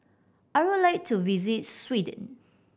I would like to visit Sweden